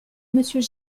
monsieur